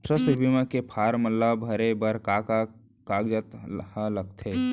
स्वास्थ्य बीमा के फॉर्म ल भरे बर का का कागजात ह लगथे?